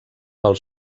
pel